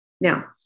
Now